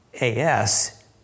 A-S